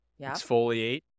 exfoliate